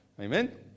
Amen